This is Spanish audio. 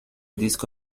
disco